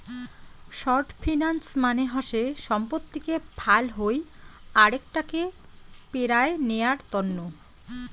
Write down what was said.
short finance মানে হসে সম্পত্তিকে ফাল হই আরেক টাকে পেরায় নেয়ার তন্ন